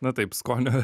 na taip skonio